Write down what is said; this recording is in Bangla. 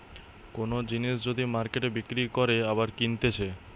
কোন জিনিস যদি মার্কেটে বিক্রি করে আবার কিনতেছে